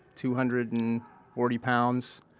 two hundred and forty pounds,